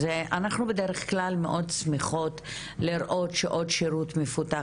אנחנו בדרך כלל מאד שמחות לראות שעוד שירות מפותח,